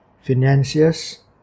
financiers